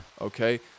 Okay